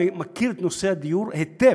אני מכיר את נושא הדיור היטב.